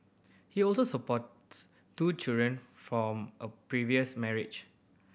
he also supports two children from a previous marriage